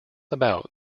about